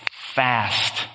fast